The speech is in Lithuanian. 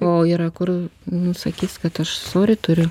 o yra kur nu sakys kad aš sori turiu